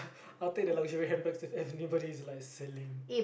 I will take the luxury handbags if anybody is like selling